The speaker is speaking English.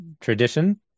tradition